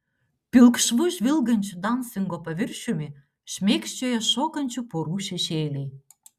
pilkšvu žvilgančiu dansingo paviršiumi šmėkščioja šokančių porų šešėliai